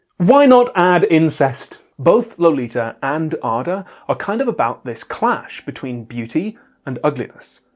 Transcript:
why not add incest? both lolita and ada are kind of about this clash between beauty and ugliness.